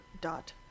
dot